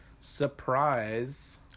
surprise